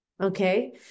Okay